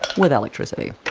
with electricity.